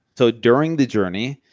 so during the journey,